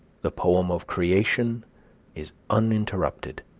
the poem of creation is uninterrupted